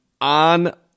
on